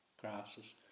grasses